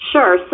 Sure